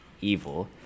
evil